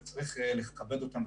וצריך לכבד אותן,